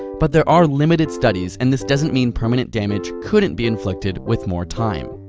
but there are limited studies, and this doesn't mean permanent damage couldn't be inflicted with more time.